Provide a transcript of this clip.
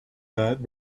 that